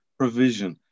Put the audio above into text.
provision